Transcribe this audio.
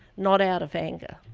not out of anger.